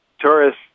tourists